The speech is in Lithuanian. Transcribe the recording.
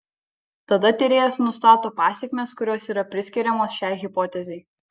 tada tyrėjas nustato pasekmes kurios yra priskiriamos šiai hipotezei